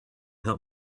help